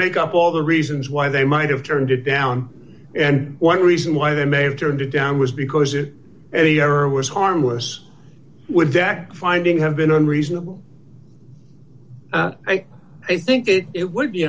make up all the reasons why they might have turned it down and one reason why they may have turned it down was because it was harmless would back finding have been reasonable i think it would be